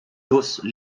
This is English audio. those